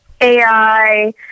AI